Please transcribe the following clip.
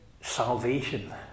Salvation